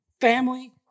family